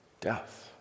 death